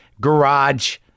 garage